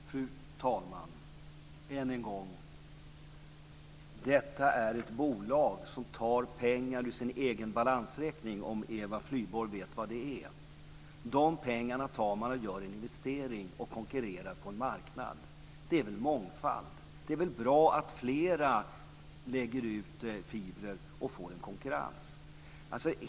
Fru talman! Låt mig än en gång säga att detta är ett bolag som tar pengar ur sin egen balansräkning, om Eva Flyborg vet vad det är. Man tar dessa pengar, gör en investering och konkurrerar på en marknad. Det är väl mångfald? Det är väl bra att flera lägger ut fibrer så att vi får en konkurrens?